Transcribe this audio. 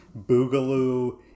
Boogaloo